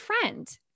friend